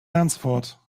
lansford